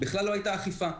בכלל לא הייתה אכיפה.